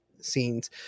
scenes